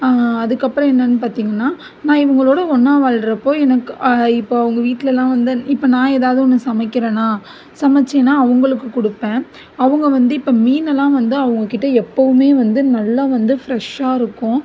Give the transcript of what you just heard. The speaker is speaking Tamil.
அதுக்கப்புறம் என்னென்னு பார்த்திங்கன்னா நான் இவங்களோட ஒன்றா வாழ்றப்போ எனக்கு இப்போ அவங்க வீட்லெலாம் வந்து இப்போ நான் ஏதாவது ஒன்று சமைக்கிறேன்னால் சமைத்தேன்னா அவர்களுக்கு கொடுப்பேன் அவங்க வந்து இப்போ மீன் எல்லாம் வந்து அவங்கக் கிட்டே எப்பவுமே வந்து நல்லா வந்து ஃபிரெஷ்ஷாக இருக்கும்